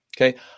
Okay